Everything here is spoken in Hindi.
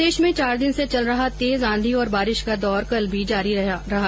प्रदेश में पिछले चार दिन से चल रहा तेज आंधी और बारिश का दौर कल भी जारी रहा